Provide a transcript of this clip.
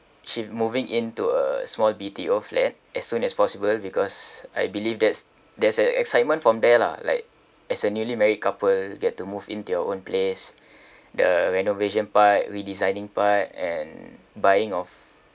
should moving in to a small B_T_O flat as soon as possible because I believe that's that's a excitement from there lah like as a newly married couple get to move in to your own place the renovation part redesigning part and buying of